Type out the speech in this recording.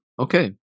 Okay